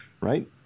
right